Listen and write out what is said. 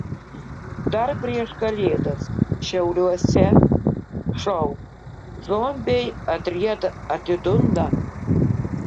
dar prieš kalėdas šiauliuose šou zombiai atrieda atidunda